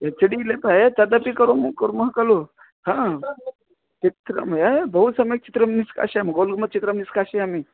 H डि लेपय तदपि कु कुर्मः खलु हा चित्रं ए बहु सम्यक् चित्रं निष्कासयामि गोलुमचित्रं निष्कासयामि